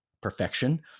perfection